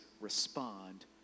respond